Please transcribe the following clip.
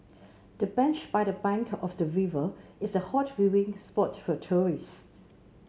the bench by the bank of the river is a hot viewing spot for tourists